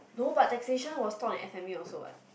no but that taxation was taught in F_M_A also also what